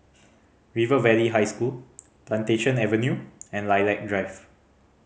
River Valley High School Plantation Avenue and Lilac Drive